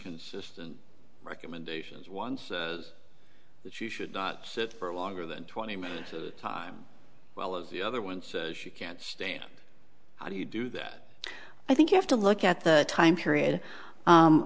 inconsistent recommendations ones that you should not sit for longer than twenty minutes at a time well as the other ones you can't stand how do you do that i think you have to look at the time period